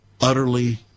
Utterly